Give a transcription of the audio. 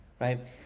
right